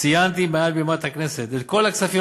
ציינתי מעל בימת הכנסת את כל הכספים